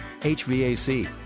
HVAC